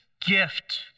gift